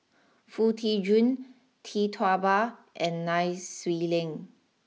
Foo Tee Jun Tee Tua Ba and Nai Swee Leng